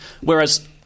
Whereas